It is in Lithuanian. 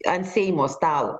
ant seimo stalo